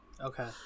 Okay